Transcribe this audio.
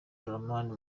dramani